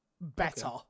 better